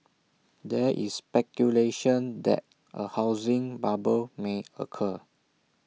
there is speculation that A housing bubble may occur